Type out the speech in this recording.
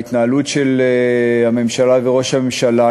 ההתנהלות של הממשלה וראש הממשלה,